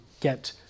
get